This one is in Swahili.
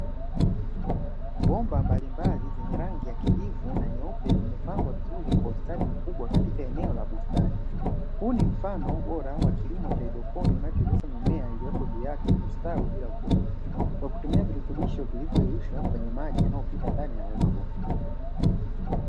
Bomba mbalimbali zenye rangi ya kijivu na nyeupe zimepangwa vizuri kwa ustadi mkubwa katika eneo la bustani. Huu ni mfano bora wa kilimo cha haidroponi unachowezesha mimea iliyopo juu yake kustawi bila udongo kwa kutumia virutubisho vilivyoyeyushwa kwenye maji yanayopita ndani ya hayo mabomba.